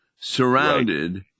surrounded